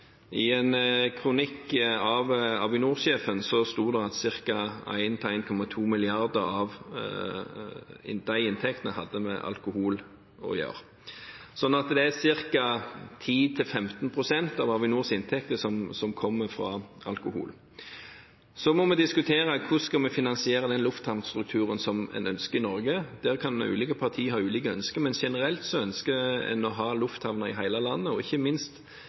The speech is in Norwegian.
I en kronikk av Avinor-sjefen sto det at ca. 1–1,2 mrd. kr av de inntektene hadde med alkohol å gjøre. Det er altså ca. 10–15 pst. av Avinors inntekter som kommer fra alkoholsalget. Så må vi diskutere hvordan vi skal finansiere den lufthavnstrukturen som vi ønsker å ha i Norge. Der kan ulike partier ha ulike ønsker, men generelt ønsker en å ha lufthavner i hele landet, ikke minst